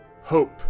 hope